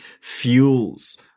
fuels